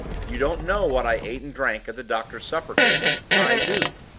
you don't know what i ate and drank at the doctor's supper-table i do.